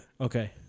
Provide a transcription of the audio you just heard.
Okay